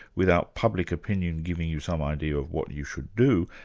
without public opinion giving you some idea of what you should do,